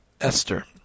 Esther